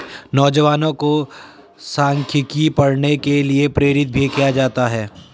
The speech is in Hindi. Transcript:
नौजवानों को सांख्यिकी पढ़ने के लिये प्रेरित भी किया जाता रहा है